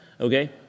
okay